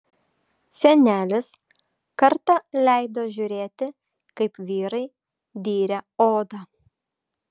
senelis kartą leido žiūrėti kaip vyrai dyrė odą